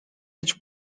his